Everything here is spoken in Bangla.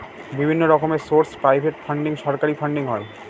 বিভিন্ন রকমের সোর্স প্রাইভেট ফান্ডিং, সরকারি ফান্ডিং হয়